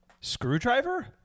Screwdriver